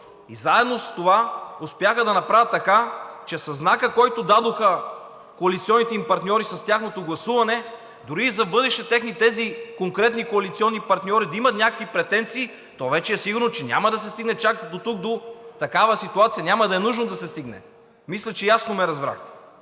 и заедно с това успяха да направят така, че със знака, който дадоха коалиционните им партньори, с тяхното гласуване, дори и за в бъдеще тези конкретни коалиционни партньори да имат някакви претенции, то вече е сигурно, че няма да се стигне чак дотук, до такава ситуация, няма да е нужно да се стигне. Мисля, че ясно ме разбрахте.